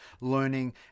learning